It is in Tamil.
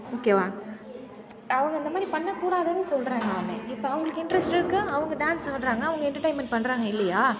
ஓகேவா அவங்க இந்த மாதிரி பண்ணக் கூடாதுன்னு சொல்கிறேன் நான் இப்போ அவங்களுக்கு இன்ட்ரெஸ்ட் இருக்குது அவங்க டான்ஸ் ஆடுறாங்க அவங்க என்டர்டெயின்மென்ட் பண்ணுறாங்க இல்லையா